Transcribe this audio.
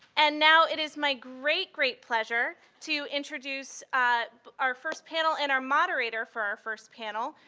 and now, it is my great, great pleasure to introduce our first panel and our moderator for our first panel,